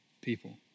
people